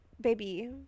baby